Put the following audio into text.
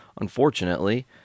unfortunately